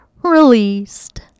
Released